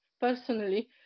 personally